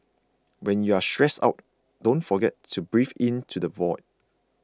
when you are feeling stressed out don't forget to breathe into the void